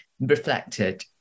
reflected